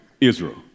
Israel